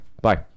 Bye